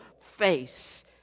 face